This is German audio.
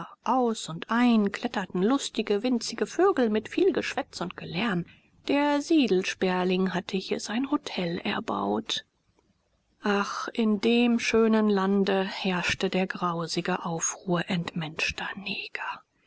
aus und ein kletterten lustige winzige vögel mit viel geschwätz und gelärme der siedelsperling hatte hier sein hotel erbaut ach in dem schönen lande herrschte der grausige aufruhr entmenschter neger